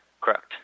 Correct